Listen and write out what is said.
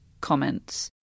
comments